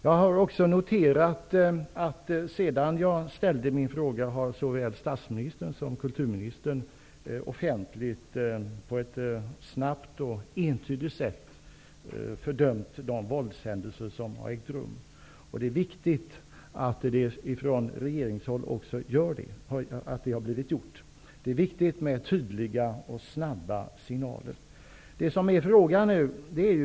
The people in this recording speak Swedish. Jag har också noterat att såväl statsministern som kulturministern offentligt på ett både snabbt och entydigt sätt har fördömt de våldshändelser som ägt rum, efter att jag ställt min fråga. Det är viktigt att så görs från regeringshåll. Tydliga och snabba signaler är viktiga.